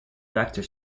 vector